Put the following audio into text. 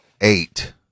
eight